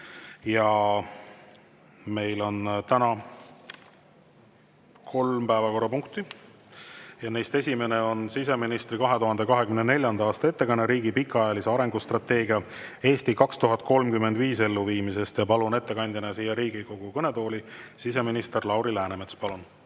Meil on täna kolm päevakorrapunkti ja neist esimene on siseministri 2024. aasta ettekanne riigi pikaajalise arengustrateegia "Eesti 2035" elluviimisest. Palun ettekandjana Riigikogu kõnetooli siseminister Lauri Läänemetsa. Palun!